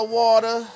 water